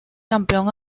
campeón